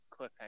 Cliffhanger